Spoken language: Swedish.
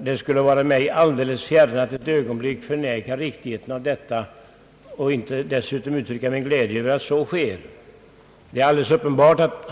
Det skulle vara mig alldeles fjärran att ett ögonblick förneka riktigheten av detta och att inte dessutom uttrycka min glädje över att så sker.